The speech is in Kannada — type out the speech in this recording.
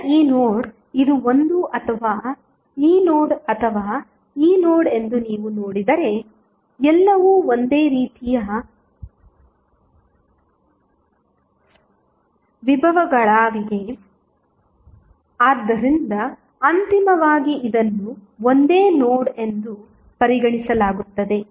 ಈಗ ಈ ನೋಡ್ ಇದು ಒಂದು ಅಥವಾ ಈ ನೋಡ್ ಅಥವಾ ಈ ನೋಡ್ ಎಂದು ನೀವು ನೋಡಿದರೆ ಎಲ್ಲವೂ ಒಂದೇ ರೀತಿಯ ವಿಭವಗಳಾಗಿವೆ ಆದ್ದರಿಂದ ಅಂತಿಮವಾಗಿ ಇದನ್ನು ಒಂದೇ ನೋಡ್ ಎಂದು ಪರಿಗಣಿಸಲಾಗುತ್ತದೆ